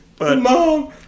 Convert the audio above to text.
Mom